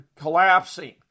collapsing